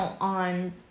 on